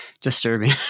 disturbing